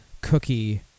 Cookie